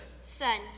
Son